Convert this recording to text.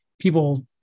people